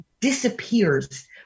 disappears